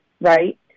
right